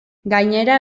gainera